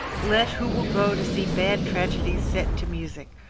let who will go to see bad tragedies set to music,